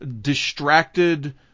distracted